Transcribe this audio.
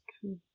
true